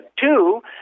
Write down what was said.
Two